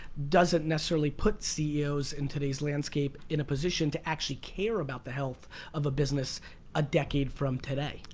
doesn't necessarily put ceo's in today's landscape in a position to actually care about the health of a business a decade from today.